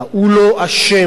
הוא לא אשם בזה.